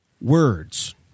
words